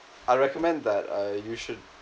I recommend that uh you should